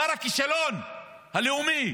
שר הכישלון הלאומי,